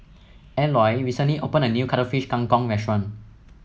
Eoy recently opened a new Cuttlefish Kang Kong restaurant